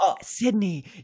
Sydney